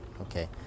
Okay